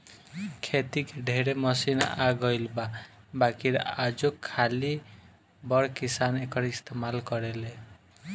खेती के ढेरे मशीन आ गइल बा बाकिर आजो खाली बड़ किसान एकर इस्तमाल करेले